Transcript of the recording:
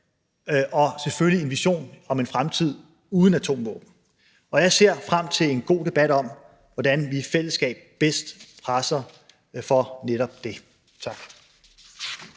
Og selvfølgelig en vision om en fremtid uden atomvåben. Jeg ser frem til en god debat om, hvordan vi i fællesskab bedst presser på for netop det. Tak.